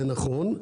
זה נכון.